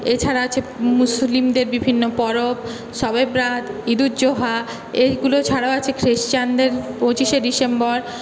এছাড়া আছে মুসলিমদের বিভিন্ন পরব সবেবরাত ইদুজ্জোহা এইগুলো ছাড়াও আছে খ্রিস্টানদের পঁচিশে ডিসেম্বর